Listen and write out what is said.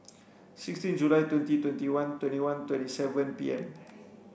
sixteen July twenty twenty one twenty one twenty seven P M